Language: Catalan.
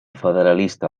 federalista